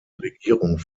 regierung